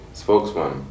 spokesman